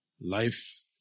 life